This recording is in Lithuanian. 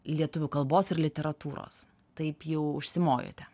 lietuvių kalbos ir literatūros taip jau užsimojote